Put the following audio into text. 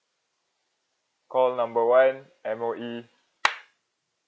call number one M_O_E